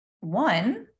One